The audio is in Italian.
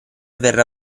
verrà